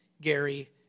Gary